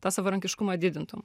tą savarankiškumą didintum